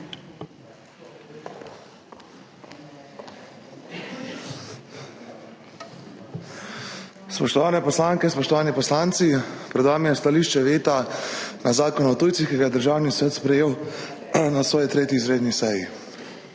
Spoštovane poslanke, spoštovani poslanci! Pred vami je stališče veta na Zakon o tujcih, ki ga je Državni svet sprejel na svoji 3. izredni seji.